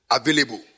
Available